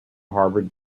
harvard